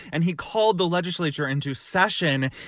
and he called the legislature into session